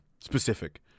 Specific